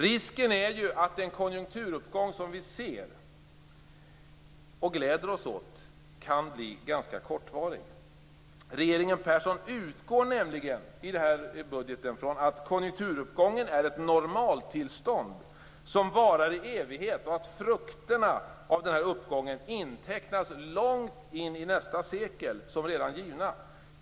Risken är ju att den konjunkturuppgång som vi ser och glädjer oss åt kan bli ganska kortvarig. Regeringen Persson utgår nämligen i budgeten från att konjunkturuppgången är ett normaltillstånd som varar i evighet. Frukterna av denna uppgång intecknas långt in i nästa sekel som om de redan vore givna.